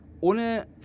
ohne